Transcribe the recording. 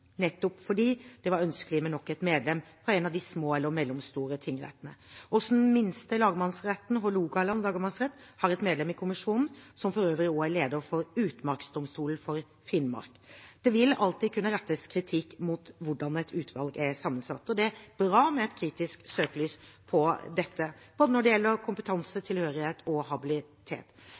nettopp fordi det var ønskelig med nok et medlem fra en av de små eller mellomstore tingrettene. Også den nest minste lagmannsretten, Hålogaland lagmannsrett, har et medlem i kommisjonen, som for øvrig også er leder for Utmarksdomstolen for Finnmark. Det vil alltid kunne rettes kritikk mot hvordan et utvalg er sammensatt, og det er bra med et kritisk søkelys på dette når det gjelder både kompetanse, tilhørighet og habilitet,